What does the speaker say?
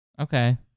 Okay